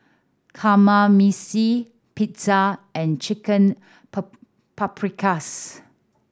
Kamameshi Pizza and Chicken Paprikas